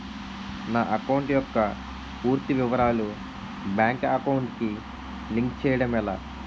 నా అకౌంట్ యెక్క పూర్తి వివరాలు బ్యాంక్ అకౌంట్ కి లింక్ చేయడం ఎలా?